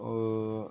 uh